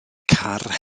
car